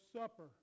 Supper